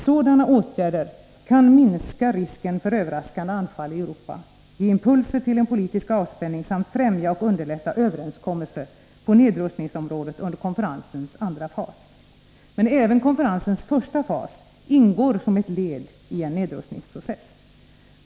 Sådana åtgärder kan minska risken för överraskande anfall i Europa, ge impulser till en politisk avspänning samt främja och underlätta överenskommelser på nedrustningsområdet under konferensens andra fas. Men även konferensens första fas ingår som ett led i en nedrustningsprocess.